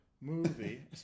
movie